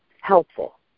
helpful